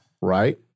right